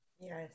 Yes